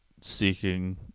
seeking